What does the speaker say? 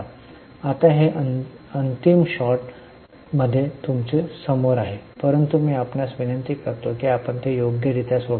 आता हे अंतिम शॉर्ट मध्ये तुमच्या समोर आहे परंतु मी आपणास विनंती करतो की आपण ते योग्य रित्या सोडवा